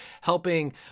helping